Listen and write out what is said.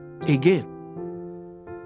again